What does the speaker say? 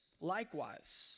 likewise